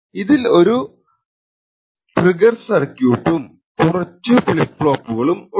ഇതിൽ ഒരു ട്രിഗർ സർക്യൂട്ടും കുറച്ചു ഫ്ളിപ് ഫ്ളോപ്പുകളും ഉണ്ട്